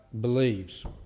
believes